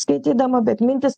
skaitydama bet mintis